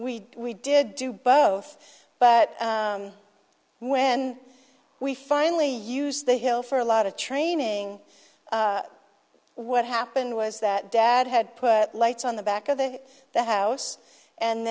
we we did do both but when we finally use the hill for a lot of training what happened was that dad had put lights on the back of the the house and